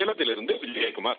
சேலத்திலிருந்து விஜயகுமார்